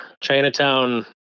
Chinatown